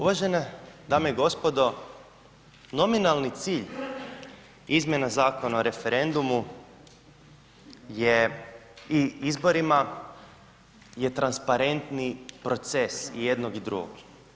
Uvažene dame i gospodo, nominalni cilj izmjena Zakona o referendumu je i izborima je transparentni proces i jednog i drugog.